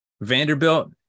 Vanderbilt